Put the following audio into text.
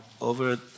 over